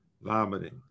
vomiting